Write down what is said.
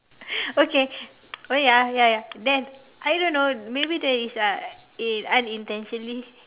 okay oh ya ya then I don't know maybe there is uh eh unintentionally